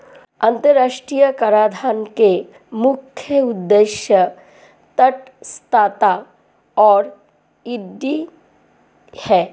अंतर्राष्ट्रीय कराधान के मुख्य उद्देश्य तटस्थता और इक्विटी हैं